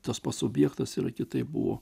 tas pats subjektas yra kitaip buvo